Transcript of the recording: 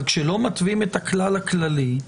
אבל כשלא מתווים את הכלל הכללי,